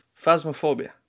phasmophobia